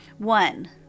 One